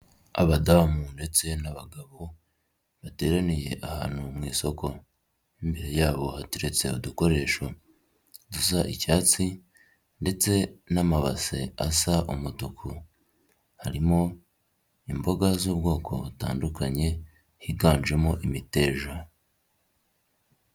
Abadamu ndetse n'abagabo bateraniye ahantu mu isoko, imbere yabo haturetse udukoresho dusa icyatsi ndetse n'amabase asa umutuku, harimo imboga z'ubwoko butandukanye higanjemo imiteja.